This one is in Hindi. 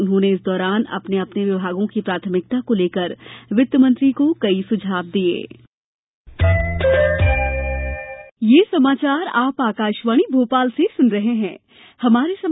उन्होंने इस दौरान अपने अपने विभागों की प्राथमिकता को लेकर वित्त मंत्री को कई सुझाव दिये